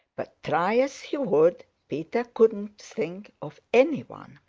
but try as he would, peter couldn't think of any one.